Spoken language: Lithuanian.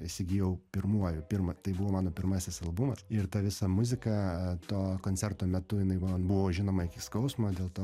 įsigijau pirmuoju pirma tai buvo mano pirmasis albumas ir ta visa muzika to koncerto metu jinai man buvo žinoma iki skausmo dėl to